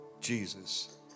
Jesus